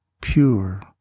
pure